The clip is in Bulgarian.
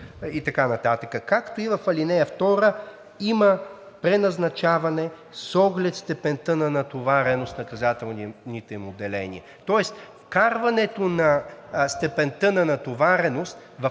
както и в ал. 2 има преназначаване с оглед степента на натовареност на наказателните им отделения.